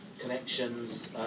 connections